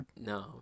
no